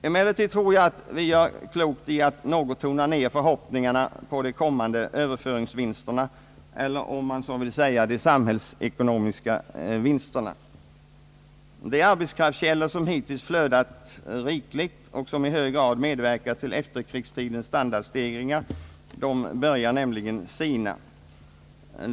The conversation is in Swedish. Jag tror emellertid att vi gör klokt i att något tona ned förhoppningarna på de kommande överföringsvinsterna eller, om man så vill säga, de samhällsekonomiska vinsterna. De arbetskraftskällor som hittills flödat rikligt och som i hög grad medverkat till efterkrigstidens standardstegringar börjar nämligen sina.